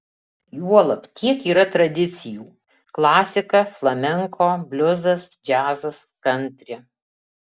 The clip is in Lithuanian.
juolab tiek yra tradicijų klasika flamenko bliuzas džiazas kantri